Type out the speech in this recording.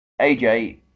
AJ